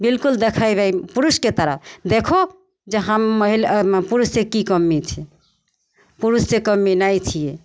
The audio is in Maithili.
बिल्कुल देखेबय पुरुषके तरह देखहो जे हम मही पुरुषसँ की कमी छै पुरुषके कमी नहि छियै